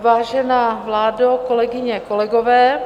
Vážená vládo, kolegyně, kolegové...